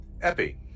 Epi